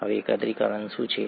હવે એકત્રીકરણ શું છે